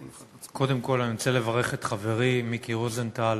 קודם כול, אני רוצה לברך את חברי מיקי רוזנטל